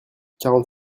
quarante